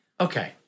Okay